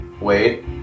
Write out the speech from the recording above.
Wait